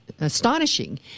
astonishing